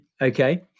okay